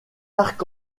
arc